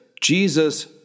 Jesus